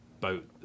boat